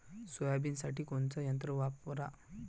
सोयाबीनसाठी कोनचं यंत्र वापरा?